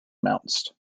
announced